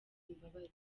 imbabazi